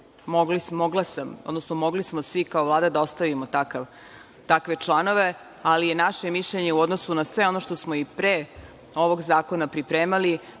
mogli smo svi kao Vlada da ostavimo takve članove, ali je naše mišljenje u odnosu na sve ono što smo i pre ovog zakona pripremali